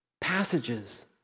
passages